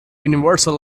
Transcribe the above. universal